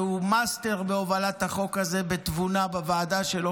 שהוא מאסטר בהובלת החוק הזה בתבונה בוועדה שלו,